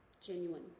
genuine